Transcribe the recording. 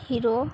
hero